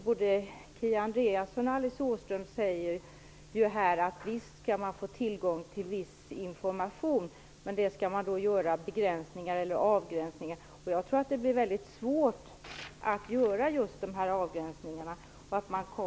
Både Kia Andreasson och Alice Åström säger att man visst skall få tillgång till viss information, men att det skall göras begränsningar eller avgränsningar. Jag tror att det blir väldigt svårt att göra just dessa avgränsningar.